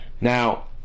Now